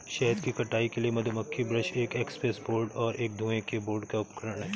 शहद की कटाई के लिए मधुमक्खी ब्रश एक एस्केप बोर्ड और एक धुएं का बोर्ड उपकरण हैं